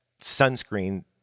sunscreen